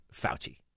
Fauci